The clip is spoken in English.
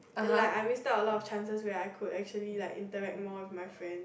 and like I missed out a lot chances where I could actually like interact more with my friend